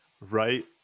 right